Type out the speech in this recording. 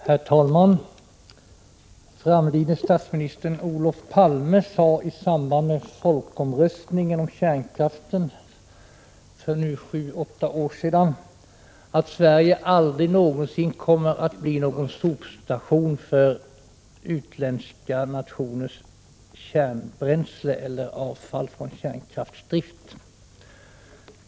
Herr talman! Framlidne statsministern Olof Palme sade i samband med folkomröstningen om kärnkraft för nu sju åtta år sedan att Sverige aldrig någonsin kommer att bli någon sopstation för utländska nationers kärnbränsle eller avfall från kärnkraftsdrift.